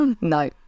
No